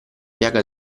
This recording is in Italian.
piaga